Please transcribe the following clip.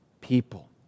people